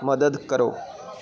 ਮਦਦ ਕਰੋ